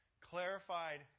clarified